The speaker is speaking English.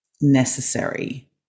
necessary